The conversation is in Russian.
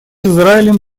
израилем